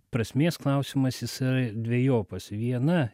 prasmės klausimas jis yra dvejopas viena